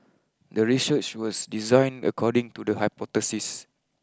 the research was designed according to the hypothesis